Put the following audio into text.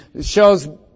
shows